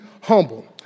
humble